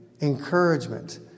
encouragement